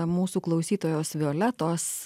mūsų klausytojos violetos